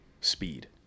Speed